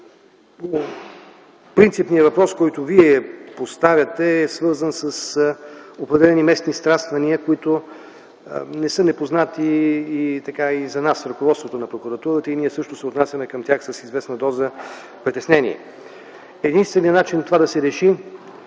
Принципният въпрос, който Вие поставяте, е свързан с определени местни сраствания, които не са непознати и за нас –ръководството на прокуратурата, и ние също се отнасяме към тях с известна доза притеснение. Единственият начин това да се реши